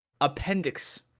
appendix